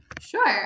Sure